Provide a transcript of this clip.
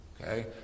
okay